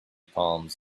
palms